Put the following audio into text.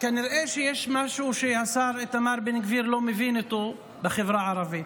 כנראה יש משהו שהשר איתמר בן גביר לא מבין אותו בחברה הערבית.